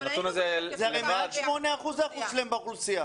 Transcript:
זה הרי מעל 8% באוכלוסייה.